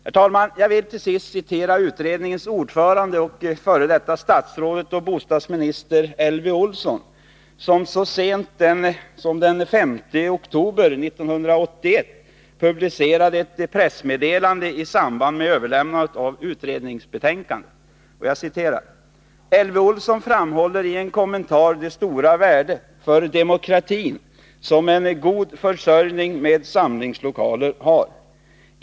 Herr talman! Jag vill till sist citera utredningens ordförande, f.d. statsrådet och bostadsministern Elvy Olsson, som så sent som den 5 oktober 1981 publicerade ett pressmeddelande i samband med överlämnandet av utredningsbetänkandet: ”Elvy Olsson framhåller i en kommentar det stora värde för demokratin som en god försörjning med samlingslokaler har.